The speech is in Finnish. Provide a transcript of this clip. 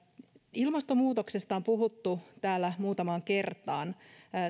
ilmastonmuutoksesta on puhuttu täällä muutamaan kertaan